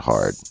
Hard